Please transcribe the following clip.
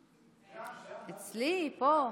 אצלי, פה.